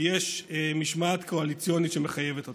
כי יש משמעת קואליציונית שמחייבת אותם.